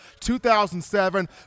2007